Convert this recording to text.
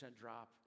drop